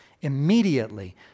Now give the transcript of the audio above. immediately